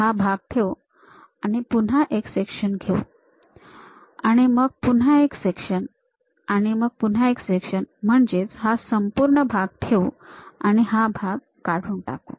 हा भाग ठेवू आणि आणि पुन्हा एक सेक्शन घेऊ आणि मग पुन्हा एक सेक्शन आणि मग पुन्हा एक सेक्शन म्हणजेच हा संपूर्ण भाग ठेवू आणि हा भाग काढून टाकू